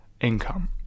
income